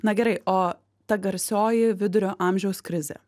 na gerai o ta garsioji vidurio amžiaus krizė